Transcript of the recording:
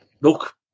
Look